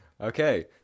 Okay